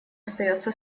остается